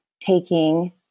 taking